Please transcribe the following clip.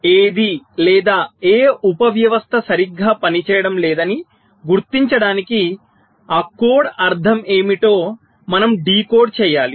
ఏది లేదా ఏ ఉప వ్యవస్థ సరిగ్గా పనిచేయడం లేదని గుర్తించడానికి ఆ కోడ్ అర్థం ఏమిటో మనం డీకోడ్ చేయాలి